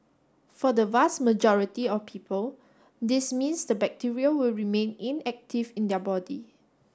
for the vast majority of people this means the bacteria will remain inactive in their body